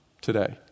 today